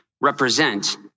represent